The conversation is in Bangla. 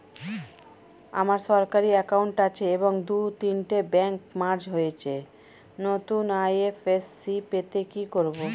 আমার সরকারি একাউন্ট আছে এবং দু তিনটে ব্যাংক মার্জ হয়েছে, নতুন আই.এফ.এস.সি পেতে কি করব?